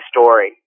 story